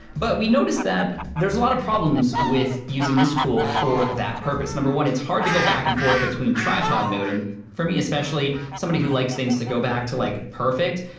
but we notice that there's a lot of problems with using this tool for that purpose. number one, it's hard to go back and forth between tripod mode and for me especially, somebody who likes things to go back to like perfect,